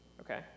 okay